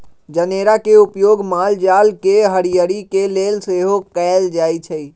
जनेरा के उपयोग माल जाल के हरियरी के लेल सेहो कएल जाइ छइ